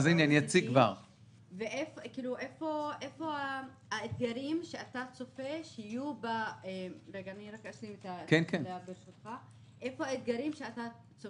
איפה האתגרים שאתה צופה שיהיו בכלכלה